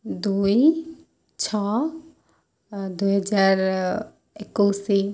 ଦୁଇ ଛଅ ଦୁଇ ହଜାର ଏକୋଇଶ